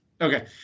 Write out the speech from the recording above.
Okay